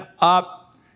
up